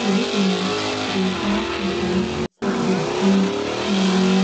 فلپائنز دی ثقافت مقامی، ملائی،